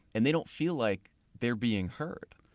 and they don't feel like they're being heard.